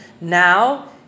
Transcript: Now